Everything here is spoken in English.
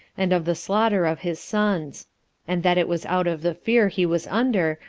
and of the slaughter of his sons and that it was out of the fear he was under,